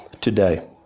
today